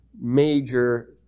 major